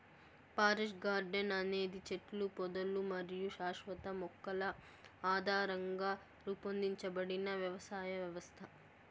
forest garden అనేది చెట్లు, పొదలు మరియు శాశ్వత మొక్కల ఆధారంగా రూపొందించబడిన వ్యవసాయ వ్యవస్థ